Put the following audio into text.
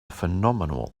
phenomenal